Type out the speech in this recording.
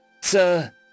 sir